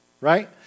right